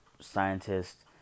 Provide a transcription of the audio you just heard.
scientists